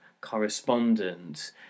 correspondent